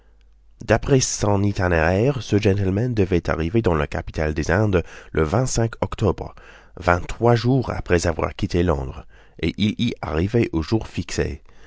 d'après son itinéraire ce gentleman devait arriver dans la capitale des indes le octobre vingt-trois jours après avoir quitté londres et il y arrivait au jour fixé